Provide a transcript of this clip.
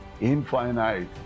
infinite